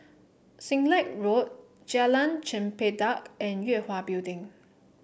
Siglap Road Jalan Chempedak and Yue Hwa Building